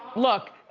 look,